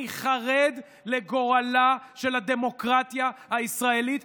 אני חרד לגורלה של הדמוקרטיה הישראלית,